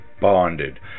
bonded